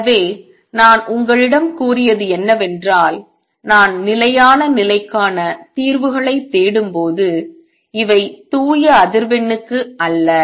எனவே நான் உங்களிடம் கூறியது என்னவென்றால் நான் நிலையான நிலைக்கான தீர்வுகளைத் தேடும்போது இவை தூய அதிர்வெண்ணுக்கு அல்ல